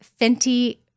Fenty